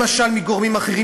למשל מגורמים אחרים,